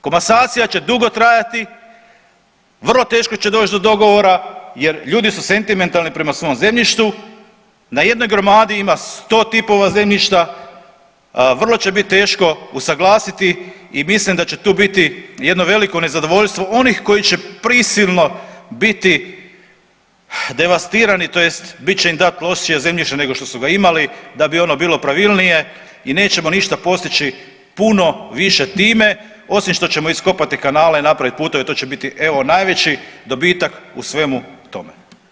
Komasacija će dugo trajati, vrlo teško će doći do dogovora jer ljudi su sentimentalni prema svom zemljištu, na jednoj gromadi ima 100 tipova zemljišta, vrlo će bit teško usuglasiti i mislim da će tu biti jedno veliko nezadovoljstvo onih koji će prisilno biti devastirani tj. bit će im dato lošije zemljište nego što su ga imali da bi ono bilo pravilnije i nećemo ništa postići puno više time osim što ćemo iskopati kanale i napraviti puteve to će biti evo najveći dobitak u svemu tome.